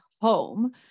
home